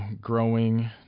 growing